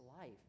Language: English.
life